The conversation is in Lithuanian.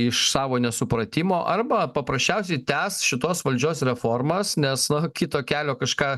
iš savo nesupratimo arba paprasčiausiai tęs šitos valdžios reformas nes kito kelio kažką